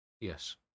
Yes